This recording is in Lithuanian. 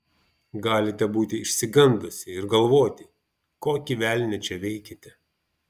galite būti išsigandusi ir galvoti kokį velnią čia veikiate